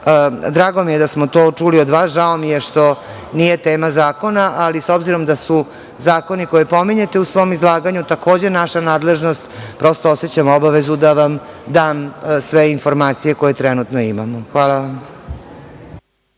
drago mi je da smo to čuli od vas. Žao mi je što nije tema zakona, ali s obzirom da su zakoni koje pominjete u svom izlaganju takođe naša nadležnost, prosto osećam obavezu da vam dam sve informacije koje trenutno imamo. Hvala.